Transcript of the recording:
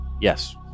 Yes